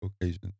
occasion